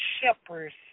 shepherds